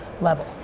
level